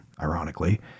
ironically